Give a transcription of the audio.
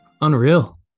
unreal